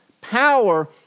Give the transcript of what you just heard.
Power